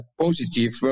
positive